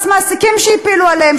מס המעסיקים שהפילו עליהם,